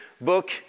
book